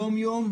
יום יום,